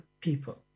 people